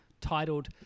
titled